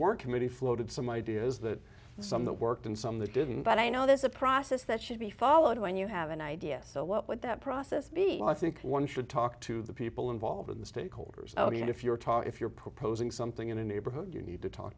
work committee floated some ideas that some that worked and some that didn't but i know there's a process that should be followed when you have an idea so what would that process be i think one should talk to the people involved in the stakeholders out if you're talking if you're proposing something in a neighborhood you need to talk